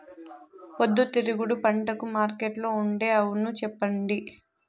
పొద్దుతిరుగుడు పంటకు మార్కెట్లో ఉండే అవును చెప్పండి?